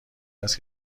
است